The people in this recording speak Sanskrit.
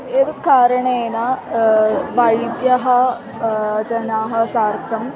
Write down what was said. एतत् कारणेन वैद्यः जनानां सार्धम्